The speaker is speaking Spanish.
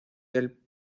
del